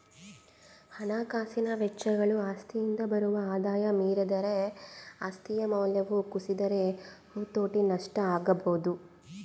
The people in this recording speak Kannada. ಹಣಕಾಸಿನ ವೆಚ್ಚಗಳು ಆಸ್ತಿಯಿಂದ ಬರುವ ಆದಾಯ ಮೀರಿದರೆ ಆಸ್ತಿಯ ಮೌಲ್ಯವು ಕುಸಿದರೆ ಹತೋಟಿ ನಷ್ಟ ಆಗಬೊದು